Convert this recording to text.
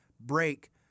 break